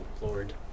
lord